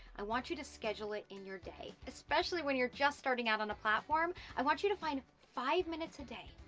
i want you to schedule it in your day, especially when you're just starting out on a platform. i want you to find five minutes a day,